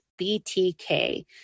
BTK